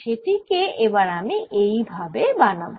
সেটি কে এবার আমি এই ভাবে বানাব